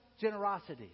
generosity